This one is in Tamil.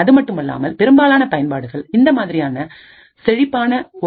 அதுமட்டுமல்லாமல் பெரும்பாலான பயன்பாடுகள் இந்த மாதிரியான செழிப்பான ஓ